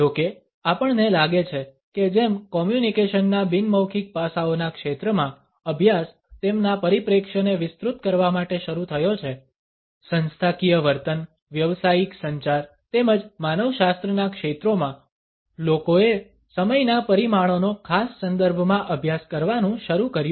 જો કે આપણને લાગે છે કે જેમ કોમ્યુનિકેશનના બિન મૌખિક પાસાઓના ક્ષેત્રમાં અભ્યાસ તેમના પરિપ્રેક્ષ્ય ને વિસ્તૃત કરવા માટે શરૂ થયો છે સંસ્થાકીય વર્તન વ્યવસાયિક સંચાર તેમજ માનવશાસ્ત્રના ક્ષેત્રોમાં લોકોએ સમયના પરિમાણોનો ખાસ સંદર્ભમાં અભ્યાસ કરવાનું શરૂ કર્યું